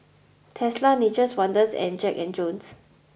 Tesla Nature's Wonders and Jack and Jones